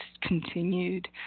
continued